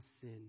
sin